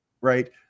Right